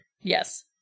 Yes